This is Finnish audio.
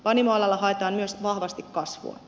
panimoalalla haetaan myös vahvasti kasvua